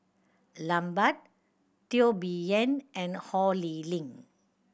Lambert Teo Bee Yen and Ho Lee Ling